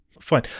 fine